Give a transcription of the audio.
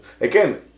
Again